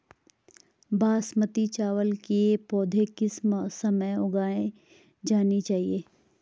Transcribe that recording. बासमती चावल की पौध किस समय उगाई जानी चाहिये?